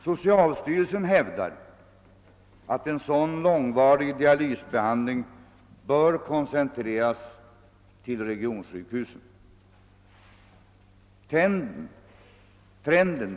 Socialstyrelsen hävdar att en sådan långvarig dialysbehandling bör koncentreras till regionsjukhusen.